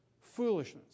foolishness